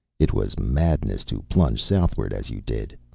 it was madness to plunge southward as you did,